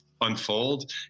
unfold